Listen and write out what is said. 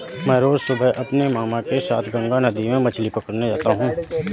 मैं रोज सुबह अपने मामा के साथ गंगा नदी में मछली पकड़ने जाता हूं